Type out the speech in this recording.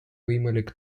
võimalik